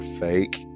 fake